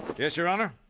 yes, your honor?